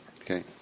Okay